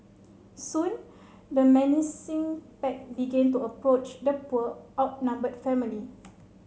soon the menacing pack began to approach the poor outnumbered family